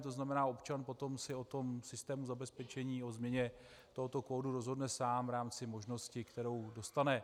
To znamená, občan si potom o systému zabezpečení, o změně tohoto kódu rozhodne sám v rámci možnosti, kterou dostane.